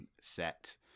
set